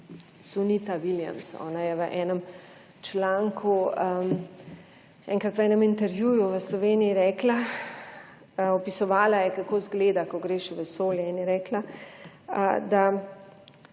Sunita Williams, ona je v enem članku enkrat v enem intervjuju v Sloveniji rekla, opisovala je, kako izgleda, ko greš v vesolje in je rekla, da